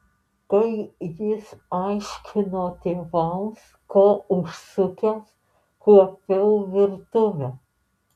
kai jis aiškino tėvams ko užsukęs kuopiau virtuvę